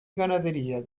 ganadería